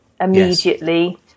immediately